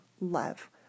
Love